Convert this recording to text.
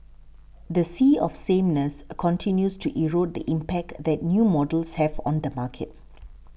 the sea of sameness continues to erode the impact that new models have on the market